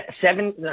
Seven